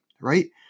right